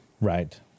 Right